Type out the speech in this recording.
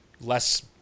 less